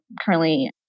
currently